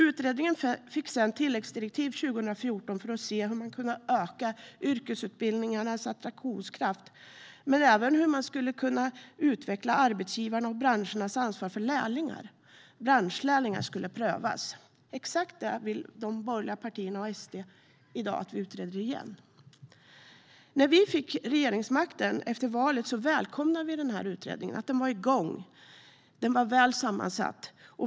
Utredningen fick sedan tilläggsdirektiv 2014 för att se hur man kunde öka yrkesutbildningarnas attraktionskraft men även hur man skulle kunna utveckla arbetsgivarnas och branschernas ansvar för lärlingar. Branschlärlingar skulle prövas. Exakt det vill de borgliga partierna och SD i dag att vi utreder igen. När vi fick regeringsmakten efter valet välkomnade vi att utredningen var igång. Den var väl sammansatt.